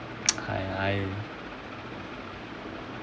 I